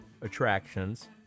attractions